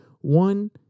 one